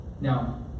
Now